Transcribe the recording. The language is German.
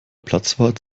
platzwart